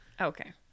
Okay